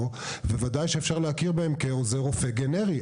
ובוודאי שאפשר להכיר בהם כעוזר רופא גנרי.